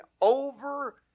over